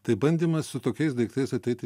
tai bandymas su tokiais daiktais ateiti